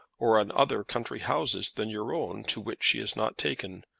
or in other country-houses than your own, to which she is not taken.